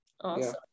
Awesome